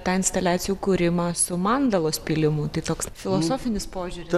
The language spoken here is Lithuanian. tą instaliacijų kūrimą su mandalos pylimu tai toks filosofinis požiūri